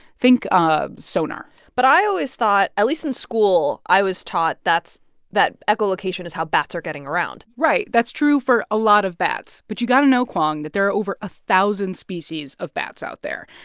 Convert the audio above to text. think um sonar but i always thought at least in school i was taught that's that echolocation is how bats are getting around right. that's true for a lot of bats. but you got to know, kwong, that there are over a thousand species of bats out there.